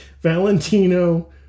Valentino